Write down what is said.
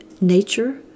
nature